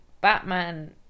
Batman